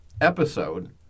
episode